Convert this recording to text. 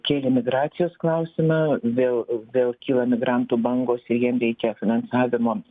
kėlė migracijos klausimą vėl vėl kyla migrantų bangos ir jiem reikia finansavimo